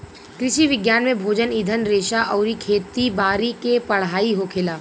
कृषि विज्ञान में भोजन, ईंधन रेशा अउरी खेती बारी के पढ़ाई होखेला